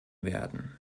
werden